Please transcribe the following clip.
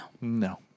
No